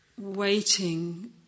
waiting